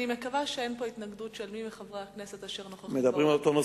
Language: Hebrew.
אני מקווה שאין פה התנגדות של מי מחברי הכנסת שנוכחים באולם.